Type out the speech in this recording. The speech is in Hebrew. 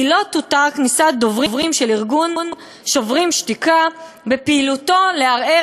לא תותר כניסת דוברים של ארגון "שוברים שתיקה" בפעילותו לערער